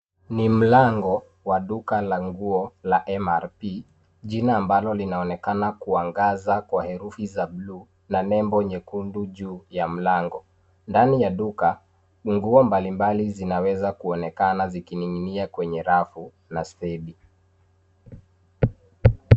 Ni mlango wa duka la nguo la MRP,jina ambalo linaonekana kuangaza kwa herufi za blue na nebo nyekundu juu ya mlango. Ndani ya duka ni nguo mbalimbali zinaweza kuoenkana zikining'inia kwenye rafu na stedi.